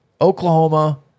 Oklahoma